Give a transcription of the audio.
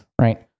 right